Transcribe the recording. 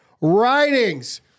writings